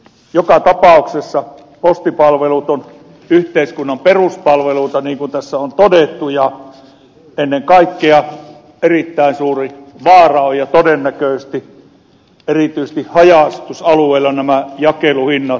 joka tapauksessa postipalvelut ovat yhteiskunnan peruspalveluita niin kuin tässä on todettu ja ennen kaikkea erittäin suuri vaara ja todennäköistä on että erityisesti haja asutusalueilla nämä jakeluhinnat voimakkaasti kohoavat